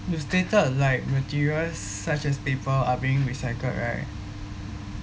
you stated like materials such as paper are being recycled right